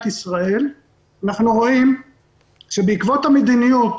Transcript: ישראל אנחנו רואים שבעקבות המדיניות,